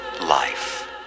life